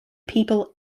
people